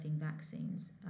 vaccines